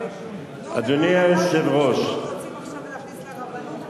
רוצים עכשיו להכניס לרבנות.